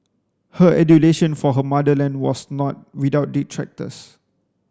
her adulation for her motherland was not without detractors